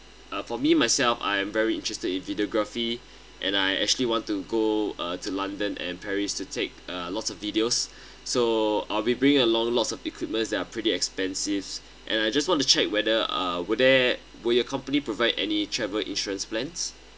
uh for me myself I am very interested in videography and I actually want to go uh to london and paris to take uh lots of videos so I'll be bring along lots of equipments that are pretty expensive and I just want to check whether uh were there will your company provide any travel insurance plans